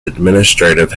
administrative